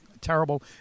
terrible